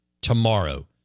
tomorrow